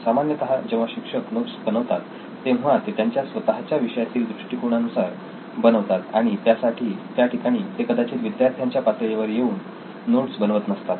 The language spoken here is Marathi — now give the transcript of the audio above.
सामान्यतः जेव्हा शिक्षक नोट्स बनवतात तेव्हा ते त्यांच्या स्वतःच्या विषयातील दृष्टिकोनानुसार बनवतात आणि त्याठिकाणी ते कदाचित विद्यार्थ्यांच्या पातळीवर येऊन नोट्स बनवत नसतात